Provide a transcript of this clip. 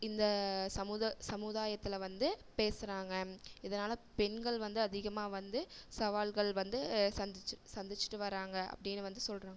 இந்த சமுதாயத்தில் வந்து பேசறாங்க இதனால் பெண்கள் வந்து அதிகமாக வந்து சவால்கள் வந்து சந்தித்திட்டு வராங்க அப்படினு வந்து சொல்கிறாங்க